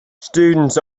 students